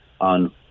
on